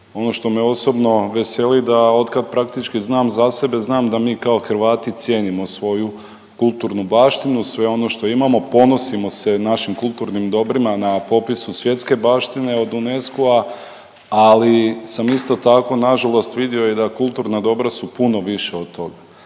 ono što me osobno veseli da otkad praktički znam za sebe znam da mi kao Hrvati cijenimo svoju kulturnu baštinu, sve ono što imamo, ponosimo se našim kulturnim dobrima na popisu svjetske baštine od UNESCO-a, ali sam isto tako nažalost vidio i da kulturna dobra su puno više od toga.